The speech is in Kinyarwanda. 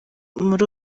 muri